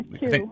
two